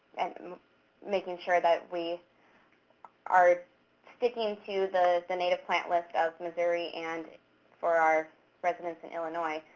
and making sure that we are sticking to the the native plant list of missouri, and for our residents in illinois,